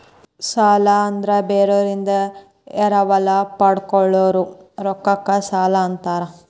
ಸಾಲ ಅಂದ್ರ ಬೇರೋರಿಂದ ಎರವಲ ಪಡ್ಕೊಂಡಿರೋ ರೊಕ್ಕಕ್ಕ ಸಾಲಾ ಅಂತಾರ